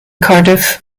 cardiff